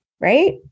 Right